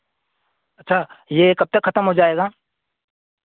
अच्छा यह कब तक ख़त्म हो जाएगा